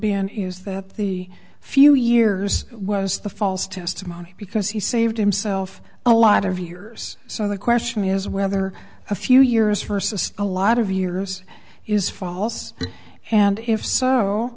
been is that the few years was the false testimony because he saved himself a lot of years so the question is whether a few years first as a lot of yours is false and if so